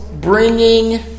bringing